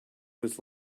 was